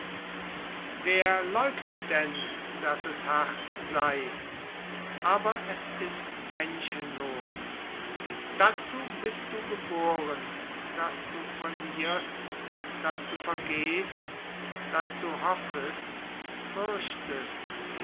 wer leugnet denn daß es hart sei aber es ist menschenloos dazu bist du geboren daß du verlierst daß du vergehest daß du hoffest fürchtest